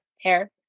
hair